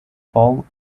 fall